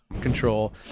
control